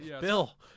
Bill